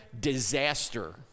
Disaster